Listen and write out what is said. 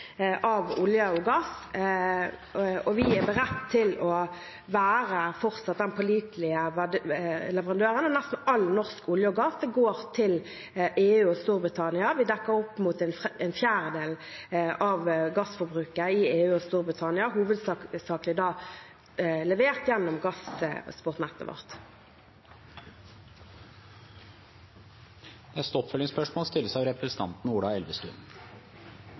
av olje og gass, og vi er beredt til fortsatt å være en pålitelig leverandør. Nesten all norsk olje og gass går til EU og Storbritannia. Vi dekker opp mot en fjerdedel av gassforbruket i EU og Storbritannia, hovedsakelig levert gjennom gassnettet vårt. Ola Elvestuen – til oppfølgingsspørsmål.